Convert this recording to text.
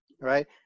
right